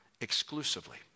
exclusively